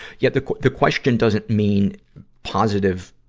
yeah, the, the question doesn't mean positive,